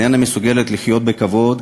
איננה מסוגלת לחיות בכבוד.